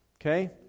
Okay